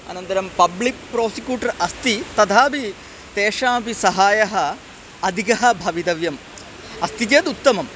अनन्तरं public prosecutor अस्ति तथापि तेषामपि सहाय्यम् अधिकं भवितव्यम् अस्ति चेद् उत्तमम्